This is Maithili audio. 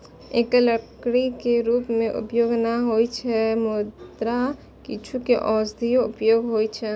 एकर लकड़ी के रूप मे उपयोग नै होइ छै, मुदा किछु के औषधीय उपयोग होइ छै